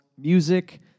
music